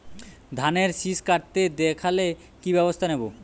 ধানের শিষ কাটতে দেখালে কি ব্যবস্থা নেব?